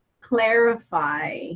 clarify